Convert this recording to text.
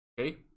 Okay